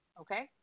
Okay